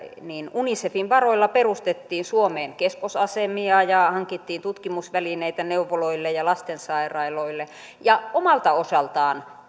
unicefin varoilla perustettiin suomeen keskosasemia ja hankittiin tutkimusvälineitä neuvoloille ja lastensairaaloille ja omalta osaltaan